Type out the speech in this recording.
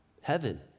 heaven